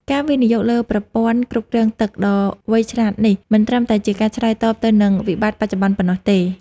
ការវិនិយោគលើប្រព័ន្ធគ្រប់គ្រងទឹកដ៏វៃឆ្លាតនេះ មិនត្រឹមតែជាការឆ្លើយតបទៅនឹងវិបត្តិបច្ចុប្បន្នប៉ុណ្ណោះទេ។